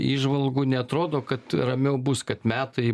įžvalgų neatrodo kad ramiau bus kad metai